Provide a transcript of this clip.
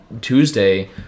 Tuesday